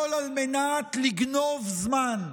הכול על מנת לגנוב זמן,